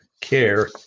care